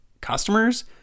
customers